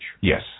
Yes